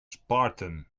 spartan